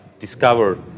discover